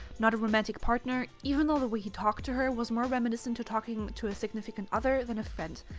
not a romantic partner, even though the way he talked to her was more reminiscent to talking to a significant other than a friend.